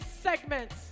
segment